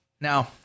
now